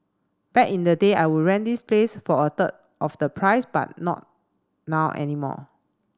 back in the day I would rent this place for a third of the price but not now anymore